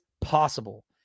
possible